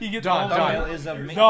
Don